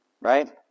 right